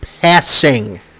passing